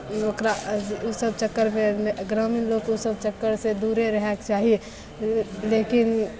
ओ ओकरा ओसब चक्करमे ग्रामीण लोक ओसब चक्करसे दूरे रहैके चाही लेकिन